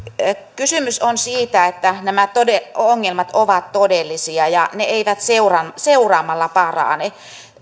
kysymys on siitä että nämä ongelmat ovat todellisia ja ne eivät seuraamalla parane